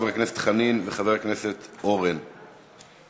חבר הכנסת חנין וחבר הכנסת אורן חזן.